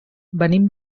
venim